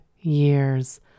years